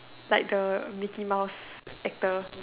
like the mickey mouse actor